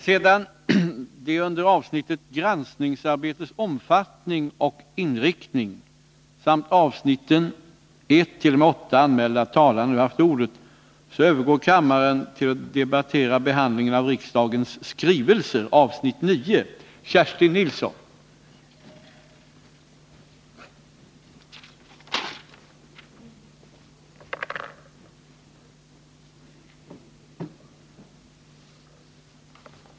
Sedan de under avsnittet Handläggningen av vissa utvisningsärenden med stöd av den s.k. terroristlagstiftningen anmälda talarna nu haft ordet övergår kammaren till att debattera Handläggningen av ansökan om statlig kreditgaranti till Bo Cavefors Klassiker och Förlag AB.